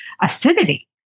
acidity